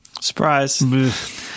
surprise